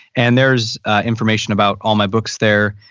and there's information about all my books there.